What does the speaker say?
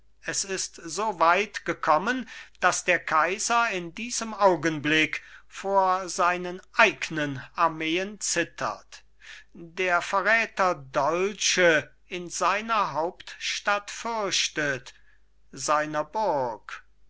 es ist so weit gekommen daß der kaiser in diesem augenblick vor seinen eignen armeen zittert der verräter dolche in seiner hauptstadt fürchtet seiner burg